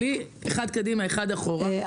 בלי אחד קדימה אחד אחורה,